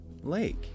lake